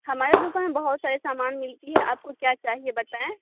ہمارے دکان بہت سارے سامان ملتی ہے آپ کو کیا چاہیے بتائیں